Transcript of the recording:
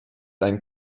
einen